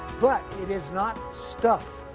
but it is not stuff